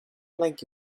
like